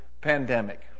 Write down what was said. pandemic